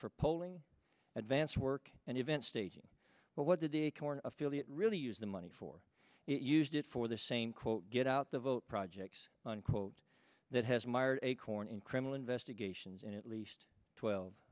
for polling advance work and event staging but what did the acorn affiliate really use the money for it used it for the same quote get out the vote projects unquote that has mired acorn in criminal investigations in at least twelve